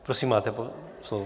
Prosím, máte slovo.